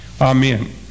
Amen